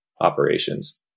operations